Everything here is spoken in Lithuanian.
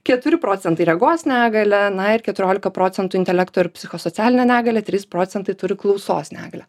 keturi procentai regos negalią na ir keturiolika procentų intelekto ir psichosocialinę negalią trys procentai turi klausos negalią